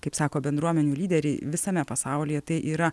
kaip sako bendruomenių lyderiai visame pasaulyje tai yra